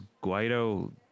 Guido